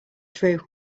through